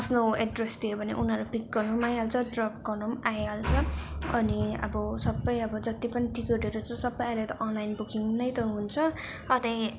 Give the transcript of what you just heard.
आफ्नो एड्रेस दियो भने उनीहरू पिक गर्नु पनि आइहाल्छ अन्त ड्रप गर्नु पनि आइहाल्छ अनि अब सबै अब जति पनि टिकटहरू छ सबै अहिले त अनलाइन बुकिङ नै त हुन्छ अनि